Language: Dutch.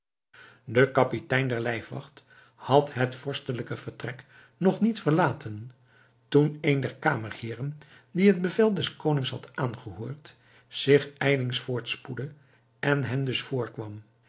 de kapitein der lijfwacht had het vorstelijke vertrek nog niet verlaten toen een der kamerheeren die het bevel des konings had aangehoord zich ijlings voortspoedde en hem dus voorkwam